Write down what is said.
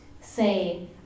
say